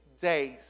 days